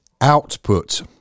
output